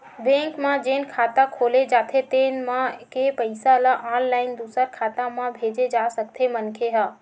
bank म जेन खाता खोले जाथे तेन म के पइसा ल ऑनलाईन दूसर खाता म भेजे जा सकथे मनखे ह